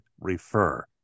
Refer